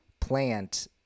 plant